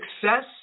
success